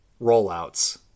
rollouts